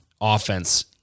offense